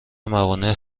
موانع